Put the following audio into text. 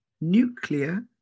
nuclear